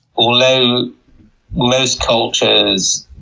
although most cultures,